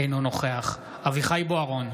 אינו נוכח אביחי אברהם בוארון,